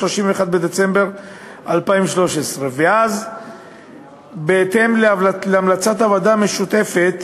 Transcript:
31 בדצמבר 2013. ואז בהתאם להמלצת הוועדה המשותפת,